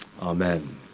Amen